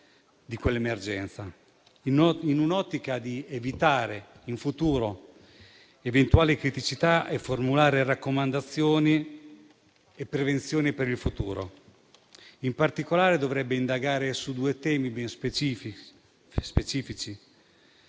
nell'ottica di evitare in futuro eventuali criticità, e formulare raccomandazioni e prevenzione per il futuro. In particolare, dovrebbe indagare su due temi specifici: